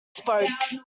spoke